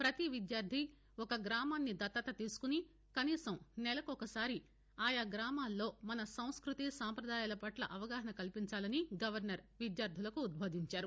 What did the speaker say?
ప్రతి విద్యార్ధి ఒక గ్రామాన్ని దత్తత తీసుకుని కనీసం నెలకు ఒకసారి ఆయా గ్రామాల్లో మన సంస్భృతీ సంప్రదాయాల పట్ల అవగాహన కల్పించాలని గవర్నర్ విద్యార్దులకు ఉద్భోదించారు